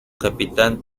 capitán